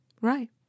right